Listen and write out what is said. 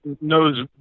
knows